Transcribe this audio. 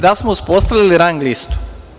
Da li smo uspostavili rang listu?